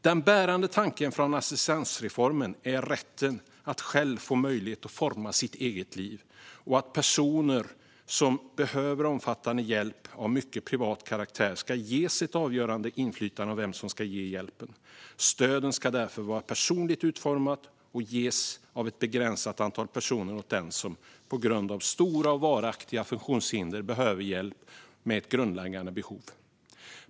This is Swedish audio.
Den bärande tanken med assistansreformen är rätten att själv få möjlighet att forma sitt eget liv och att personer som behöver omfattande hjälp av mycket privat karaktär ska ges ett avgörande inflytande på vem som ska ge hjälpen. Stödet ska därför vara personligt utformat och ges av ett begränsat antal personer åt den som på grund av stora och varaktiga funktionshinder behöver hjälp med grundläggande behov.